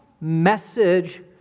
message